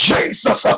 Jesus